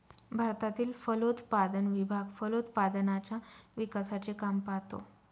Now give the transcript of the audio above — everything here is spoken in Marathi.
भारतातील फलोत्पादन विभाग फलोत्पादनाच्या विकासाचे काम पाहतो